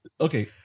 Okay